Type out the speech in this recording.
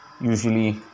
usually